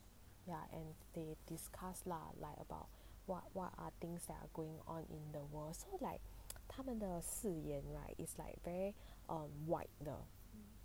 ya and they discussed lah like about what what are things that are going on in the world so like 他们的视眼 right is like very um wide 的